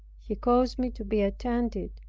he caused me to be attended,